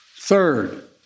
Third